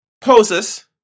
Poses